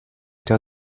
der